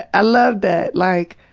i loved that. like,